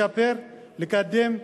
לשפר, לקדם,